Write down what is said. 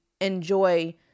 enjoy